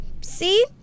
See